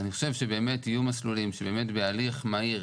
אני חושב שיהיו מסלולים שבהליך מהיר,